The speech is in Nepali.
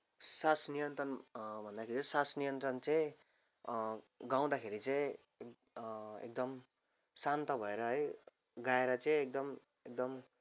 सास नियन्त्रण भन्दाखेरि चाहिँ सास नियन्त्रण चाहिँ गाउँदाखेरि चाहिँ एकदम शान्ता भएर है गाएर चाहिँ एकदम एकदम